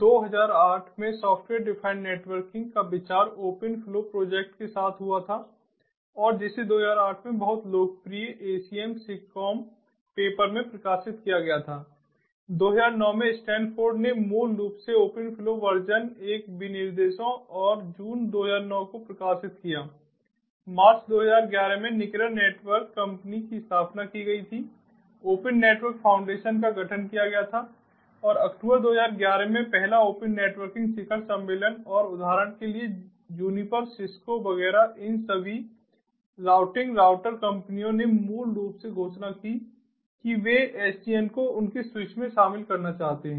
2008 में software defined network का विचार ओपन फ्लो प्रोजेक्ट के साथ हुआ था और जिसे 2008 में बहुत लोकप्रिय ACM SIGCOMM पेपर में प्रकाशित किया गया था 2009 में स्टैनफोर्ड ने मूल रूप से ओपन फ्लो वर्जन एक विनिर्देशों और जून 2009 को प्रकाशित किया मार्च 2011 में निकिरा नेटवर्क कंपनी की स्थापना की गई थी ओपन नेटवर्क फाउंडेशन का गठन किया गया था और अक्टूबर 2011 में पहला ओपन नेटवर्किंग शिखर सम्मेलन और उदाहरण के लिए जूनिपर सिस्को वगैरह इन सभी राउटिंग राउटर कंपनियों ने मूल रूप से घोषणा की कि वे SDN को उनके स्विच में शामिल करना चाहते हैं